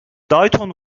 dayton